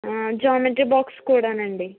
ఆ geometry box కూడానండి